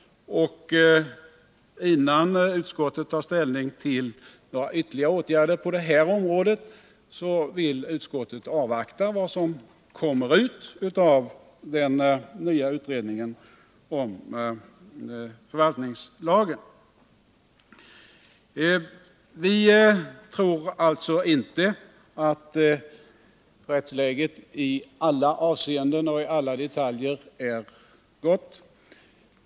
Innan utskottet tar ställning till några ytterligare åtgärder på det här området vill utskottet avvakta vad som kommer ut av den nya utredningen om förvaltningslagen. Vi tror alltså inte att rättsläget i alla avseenden och i alla detaljer är gott.